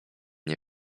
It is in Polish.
nie